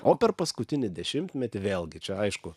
o per paskutinį dešimtmetį vėlgi čia aišku